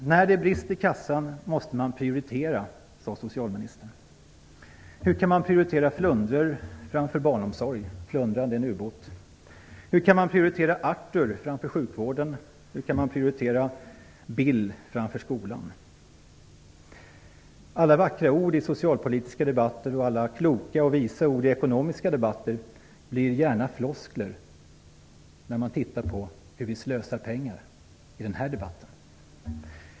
När det är brist i kassan måste man prioritera, sade socialministern. Men hur kan man prioritera ubåten Arthur före sjukvården? Hur kan man prioritera Bill före skolan? Alla vackra ord i socialpolitiska debatter och alla visa ord i ekonomiska debatter blir gärna floskler när man tittar på hur vi slösar med pengar i den här debatten.